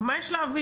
מה יש להעביר?